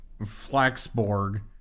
Flaxborg